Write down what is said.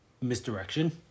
misdirection